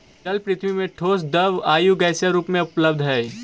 जल पृथ्वी में ठोस द्रव आउ गैसीय रूप में उपलब्ध हई